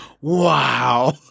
Wow